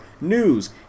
news